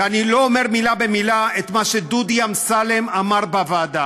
ואני לא אומר מילה במילה את מה שדודי אמסלם אמר בוועדה: